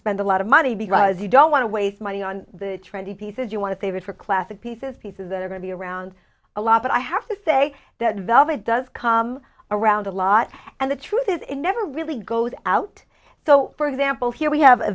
spend a lot of money because you don't want to waste money on the trendy pieces you want to save it for classic pieces pieces that are going to be around a lot but i have to say that velvet does come around a lot and the truth is it never really goes out so for example here we have